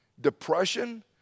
depression